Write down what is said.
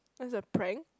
as a prank